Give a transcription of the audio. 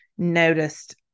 noticed